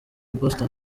boston